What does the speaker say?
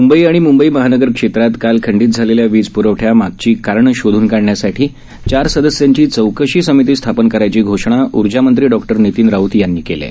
मुंबई आणि मुंबई महानगर क्षेत्रात काल खंडीत झालेल्या वीज प्रवठ्या मागची कारणं शोधून काढण्यासाठी चार सदस्यांची चौकशी समिती स्थापन करण्याची घोषणा ऊर्जामंत्री डॉक्टर नितीन राऊत यांनी केली आहे